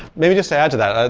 maybe just add to that, ah